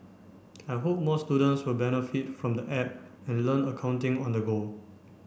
I hope more students will benefit from the App and learn accounting on the go